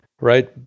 right